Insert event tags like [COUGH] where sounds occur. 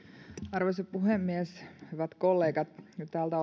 arvoisa puhemies hyvät kollegat täällä [UNINTELLIGIBLE]